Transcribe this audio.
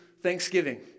thanksgiving